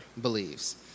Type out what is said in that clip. believes